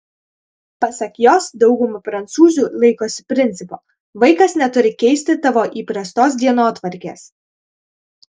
pasak jos dauguma prancūzių laikosi principo vaikas neturi keisti tavo įprastos dienotvarkės